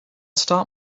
start